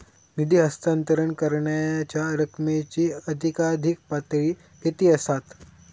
निधी हस्तांतरण करण्यांच्या रकमेची अधिकाधिक पातळी किती असात?